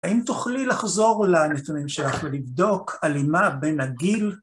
האם תוכלי לחזור לנתונים שאנחנו נבדוק הלימה בין הגיל?